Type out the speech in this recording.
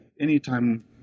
anytime